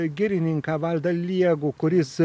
girininką valdą liegų kuris